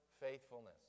faithfulness